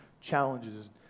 challenges